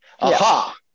Aha